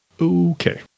Okay